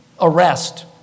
arrest